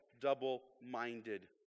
double-minded